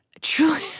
Truly